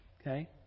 Okay